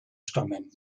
stammen